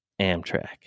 Amtrak